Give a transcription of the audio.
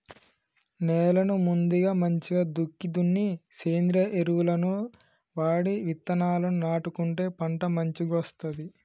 నేలను ముందుగా మంచిగ దుక్కి దున్ని సేంద్రియ ఎరువులను వాడి విత్తనాలను నాటుకుంటే పంట మంచిగొస్తది